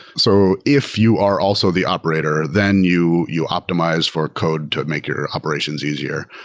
so if you are also the operator, then you you optimize for code to make your operations easier.